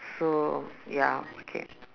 so ya okay